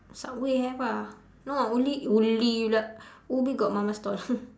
subway have ah no only only pula ubi got mama stall